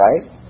right